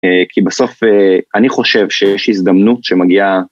כי בסוף אני חושב שיש הזדמנות שמגיעה.